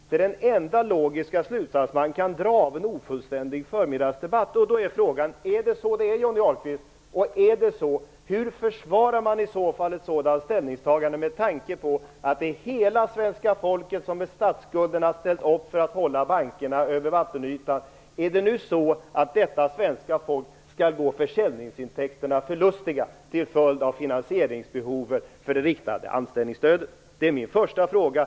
Det är den enda logiska slutsats man kan dra av den ofullständiga debatten från förmiddagen. Är det så det är, Johnny Ahlqvist? Om det är så, hur försvarar man i så fall ett sådant ställningstagande? Hela svenska folket har, med statsskulden, ställt upp för att hålla bankerna över vattenytan. Skall detta svenska folk nu gå försäljningsintäkterna förlustiga till följd av behovet av finansiering av det riktade anställningsstödet? Det är min första fråga.